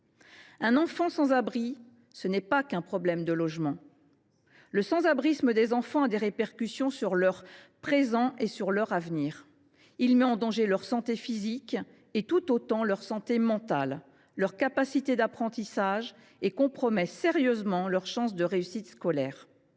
Un enfant sans abri, ce n’est pas qu’un problème de logement. Le sans abrisme des enfants a des répercussions sur leur présent et sur leur avenir. Il met en danger leur santé physique autant que mentale, ainsi que leurs capacités d’apprentissage, et compromet sérieusement leurs chances de réussite scolaire.